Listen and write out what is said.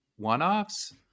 one-offs